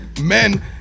Men